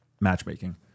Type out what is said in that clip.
matchmaking